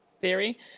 Theory